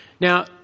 Now